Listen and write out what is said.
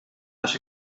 los